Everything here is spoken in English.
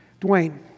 Dwayne